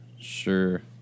Sure